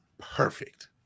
perfect